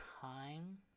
time